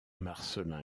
marcellin